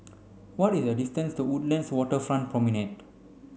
what is the distance to Woodlands Waterfront Promenade